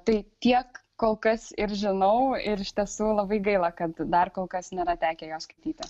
tai tiek kol kas ir žinau ir iš tiesų labai gaila kad dar kol kas nėra tekę jo skaityti